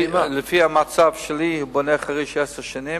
לפי המצב שלי הוא בונה את חריש עשר שנים,